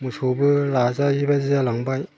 मोसौबो लाजायैबायदि जालांबाय